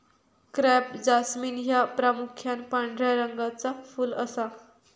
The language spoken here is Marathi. क्रॅप जास्मिन ह्या प्रामुख्यान पांढऱ्या रंगाचा फुल असा